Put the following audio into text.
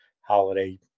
holiday